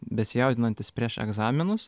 besijaudinantys prieš egzaminus